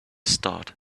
start